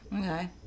Okay